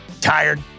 Tired